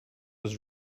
was